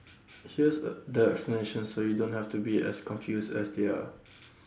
here's A the explanation so you don't have to be as confused as they are